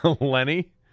Lenny